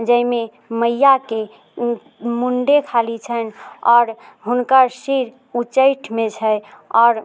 जाहिमे मैयाके मुण्डे खाली छनि आओर हुनकर सिर उच्चैठमे छै आओर